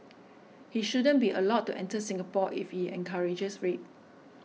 he shouldn't be allowed to enter Singapore if he encourages rape